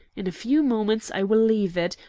in a few moments i will leave it,